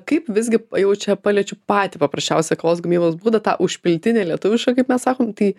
kaip visgi jau čia paliečiu patį paprasčiausią kavos gamybos būdą tą užpiltinė lietuviška kaip mes sakom tai